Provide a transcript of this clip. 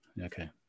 Okay